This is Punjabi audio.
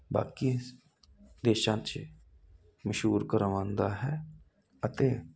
ਬਾਕੀ ਦੇਸ਼ਾਂ ਚ ਮਸ਼ਹੂਰ ਕਰਵਾਂਦਾ ਹੈ ਅਤੇ